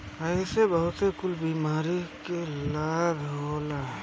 एसे बहुते कुल बीमारी में लाभ होला